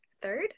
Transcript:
third